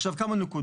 עכשיו, כמה נקודות,